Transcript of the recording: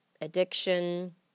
addiction